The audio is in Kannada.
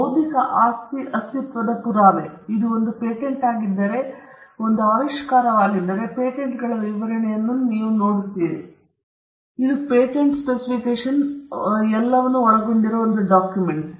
ಈಗ ಬೌದ್ಧಿಕ ಆಸ್ತಿ ಅಸ್ತಿತ್ವದ ಪುರಾವೆ ಇದು ಒಂದು ಪೇಟೆಂಟ್ ಆಗಿದ್ದರೆ ಅದು ಒಂದು ಆವಿಷ್ಕಾರವಾಗಿದ್ದರೆ ಪೇಟೆಂಟ್ಗಳ ವಿವರಣೆಯನ್ನು ನಾವು ನೋಡುತ್ತೇವೆ ಇದು ಒಳಗೊಳ್ಳುವ ಡಾಕ್ಯುಮೆಂಟ್